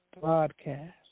broadcast